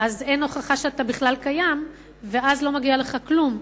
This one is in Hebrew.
אז אין הוכחה שאתה בכלל קיים ואז לא מגיע לך כלום,